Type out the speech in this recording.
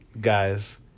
guys